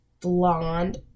blonde